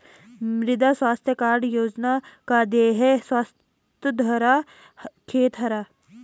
मृदा स्वास्थ्य कार्ड योजना का ध्येय है स्वस्थ धरा, खेत हरा